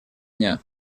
дня